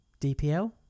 DPL